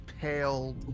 pale